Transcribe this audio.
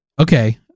okay